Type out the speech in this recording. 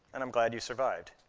and i'm glad you survived.